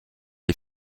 est